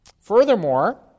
Furthermore